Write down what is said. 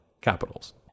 Capitals